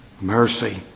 mercy